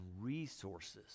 resources